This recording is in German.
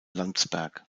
landsberg